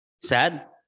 Sad